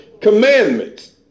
Commandments